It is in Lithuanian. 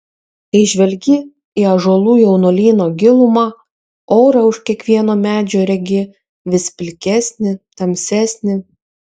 kai žvelgi į ąžuolų jaunuolyno gilumą orą už kiekvieno medžio regi vis pilkesnį tamsesnį